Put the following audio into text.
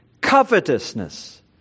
covetousness